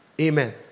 amen